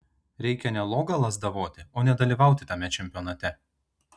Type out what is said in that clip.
reikia ne logą lazdavoti o nedalyvauti tame čempionate